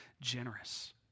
generous